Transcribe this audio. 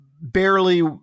barely –